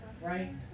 Right